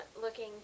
looking